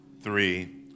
three